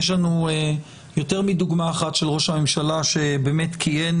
יש לנו יותר מדוגמה אחת של ראש ממשלה שבאמת כיהן